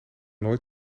nooit